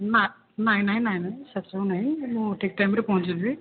ନା ନାହିଁ ନାହିଁ ନାହିଁ ନାହିଁ ସେସବୁ ନାହିଁ ମୁଁ ଠିକ୍ ଟାଇମରେ ପହଞ୍ଚାଇ ଦେବି